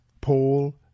Paul